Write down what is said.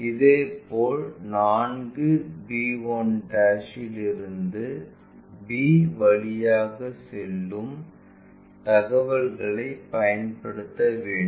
இதேபோல் 4b1 இல் இருந்து b வழியாகச் செல்லும் தகவல்களை பயன்படுத்த வேண்டும்